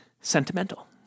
sentimental